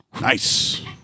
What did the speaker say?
Nice